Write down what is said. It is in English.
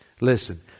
Listen